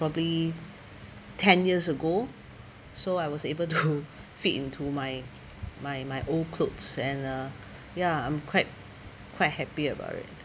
probably ten years ago so I was able to fit into my my my old clothes and uh ya I'm quite quite happy about it